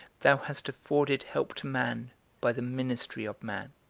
thou hast afforded help to man by the ministry of man.